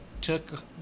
took